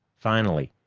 finally,